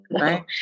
Right